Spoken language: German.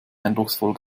eindrucksvoll